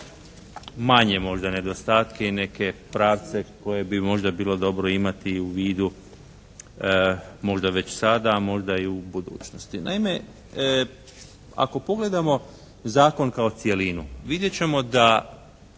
manje možda nedostatke i neke pravce koje bi možda bilo dobro imati u vidu možda već sada a možda i u budućnosti. Naime, ako pogledamo zakon kao cjelinu vidjet ćemo da